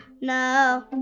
No